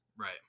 right